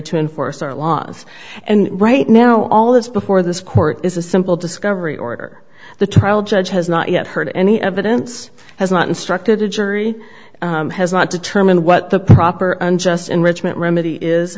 to enforce our laws and right now all this before this court is a simple discovery order the trial judge has not yet heard any evidence has not instructed a jury has not determine what the proper unjust enrichment remedy is